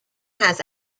has